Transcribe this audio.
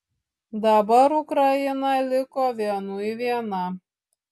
dabar ukraina liko vienui viena